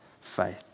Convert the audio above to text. faith